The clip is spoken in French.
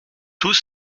tous